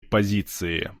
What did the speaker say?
позиции